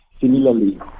Similarly